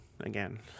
Again